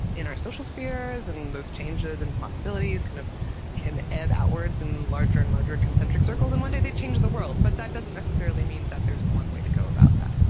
in our social spheres, and those changes and possibilities kind of can ebb outwards in larger and larger concentric circles and one day they change the world. but that doesn't necessarily mean that there is one way to go about that.